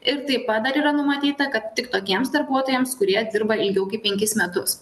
ir taip pat dar yra numatyta kad tik tokiems darbuotojams kurie dirba ilgiau kaip penkis metus